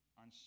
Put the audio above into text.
on